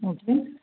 okay